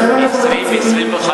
לכן, מה, 20% 25%?